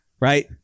Right